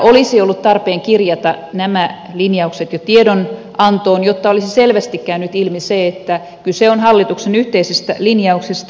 olisi ollut tarpeen kirjata nämä linjaukset jo tiedonantoon jotta olisi selvästi käynyt ilmi se että kyse on hallituksen yhteisistä linjauksista